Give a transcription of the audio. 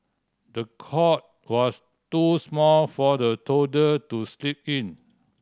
the cot was too small for the toddler to sleep in